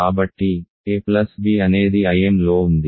కాబట్టి a plus b అనేది Imలో ఉంది